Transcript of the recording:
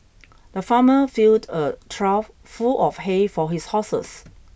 the farmer filled a trough full of hay for his horses